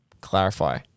clarify